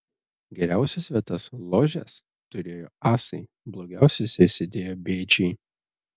geriausias vietas ložes turėjo asai blogiausiose sėdėjo bėdžiai